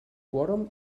quòrum